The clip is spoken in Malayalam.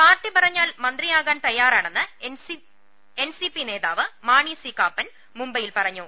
പാർട്ടി പറഞ്ഞാൽ മന്ത്രിയാകാൻ തയ്യാറാണെന്ന് എൻസിപി നേതാവ് മാണി സി കാപ്പൻ മുംബൈയിൽ പറഞ്ഞു